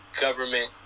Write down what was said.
government